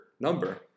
number